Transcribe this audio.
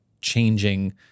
changing